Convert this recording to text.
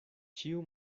ĉiu